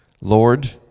Lord